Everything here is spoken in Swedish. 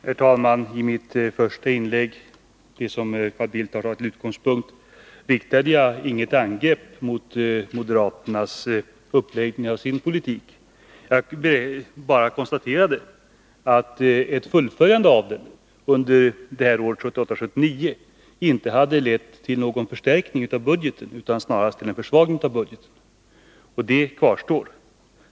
Herr talman! I mitt första inlägg, det som Carl Bildt har tagit till utgångspunkt, riktade jag inget angrepp mot moderaternas uppläggning av sin politik. Jag bara konstaterade att ett fullföljande av den under året 1978/79 inte hade lett till någon förstärkning av budgeten utan snarast till en försvagning, och det kvarstår.